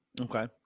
Okay